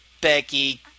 Becky